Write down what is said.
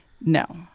no